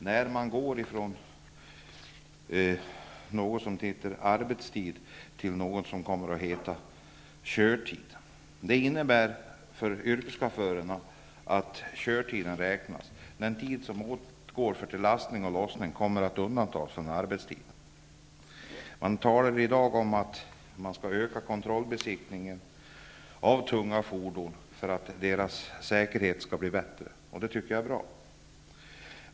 Här går man ifrån begreppet arbetstid och inför begreppet körtid. Det innebär för yrkeschaufförerna att det är körtiden som räknas. Den tid som åtgår för lastning och lossning kommer att undantas från arbetstiden. I dag talas om att man skall öka kontrollbesiktningen av tunga fordon för att säkerheten skall bli bättre. Det är bra.